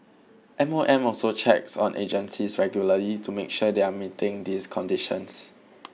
M O M also checks on agencies regularly to make sure they are meeting these conditions